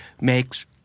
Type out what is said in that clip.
makes